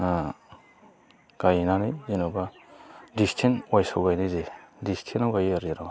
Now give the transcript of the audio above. ओ गायनानै जेन'बा डिसटेन्स अवाइस आव गायनाय जायो डिसटेन्सआव गायो आरो